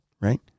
right